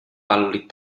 pàl·lid